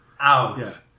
out